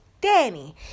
Danny